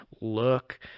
look